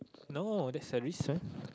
no that's a risk ah